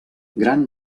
gran